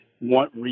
want